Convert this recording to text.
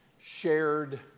shared